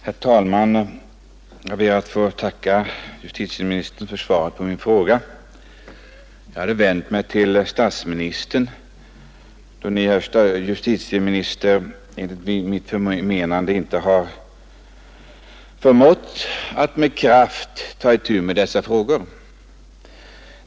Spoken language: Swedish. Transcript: Herr talman! Jag ber att få tacka justitieministern för svaret på min fråga. Jag hade vänt mig till statsministern, då Ni, herr justititeminister, enligt mitt förmenande inte har förmått att med kraft ta itu med dessa frågor.